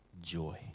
joy